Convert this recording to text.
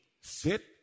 sit